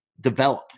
develop